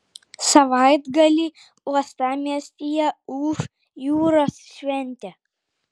savaitgalį uostamiestyje ūš jūros šventė